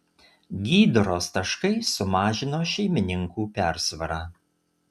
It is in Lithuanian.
gydros taškai sumažino šeimininkų persvarą